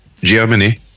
Germany